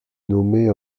nommée